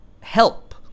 help